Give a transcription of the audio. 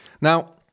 Now